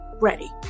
ready